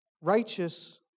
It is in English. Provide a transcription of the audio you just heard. Righteous